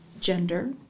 gender